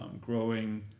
growing